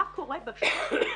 מה קורה בשטח,